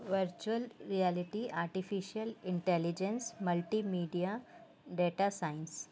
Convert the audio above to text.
virtual reality artificial intelligence multi media data science